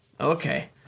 Okay